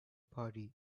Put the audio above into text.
party